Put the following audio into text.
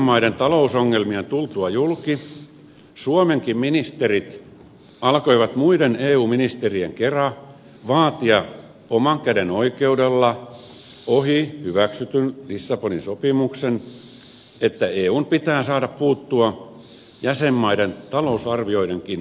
maiden talousongelmien tultua julki suomenkin ministerit alkoivat muiden eu ministerien kera vaatia oman käden oikeudella ohi hyväksytyn lissabonin sopimuksen että eun pitää saada puuttua jäsenmaiden talousarvioidenkin sisältöihin